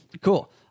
Cool